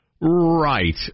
Right